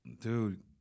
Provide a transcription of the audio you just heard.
dude